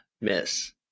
miss